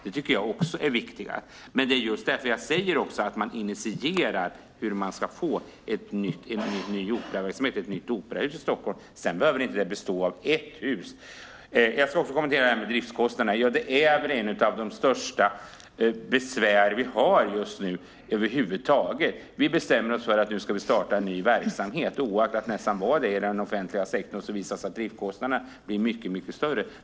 Det tycker jag också är det viktiga. Men det är just därför jag säger att man initierar det här med hur man ska få en ny operaverksamhet eller ett nytt operahus i Stockholm. Sedan behöver det inte bestå av ett hus. Jag ska också kommentera det här med driftskostnaderna. Ja, det är väl ett av de största bekymmer vi har just nu över huvud taget. Vi bestämmer oss för att starta en ny verksamhet, och nästan oaktat vad det är i den offentliga sektorn visar det sig att driftskostnaderna blir mycket, mycket större.